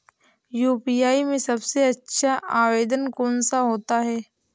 UPI में सबसे अच्छा आवेदन कौन सा होता है?